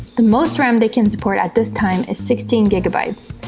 the most ram they can support at this time is sixteen gigabytes.